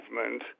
movement